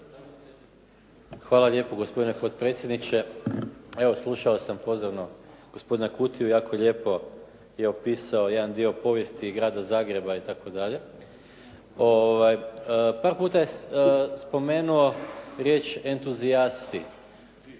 Hvala lijepo gospodine potpredsjedniče. Evo, slušao sam pozorno gospodina Kutiju. Jako lijepo je opisao jedan dio povijesti i grada Zagreba itd. Par puta je spomenuo riječ entuzijasti.